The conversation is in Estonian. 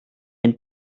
end